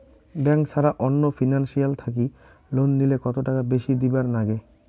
Bank ছাড়া অন্য financial থাকি লোন নিলে কতটাকা বেশি দিবার নাগে?